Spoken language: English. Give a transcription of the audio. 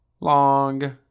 long